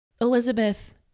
Elizabeth